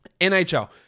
NHL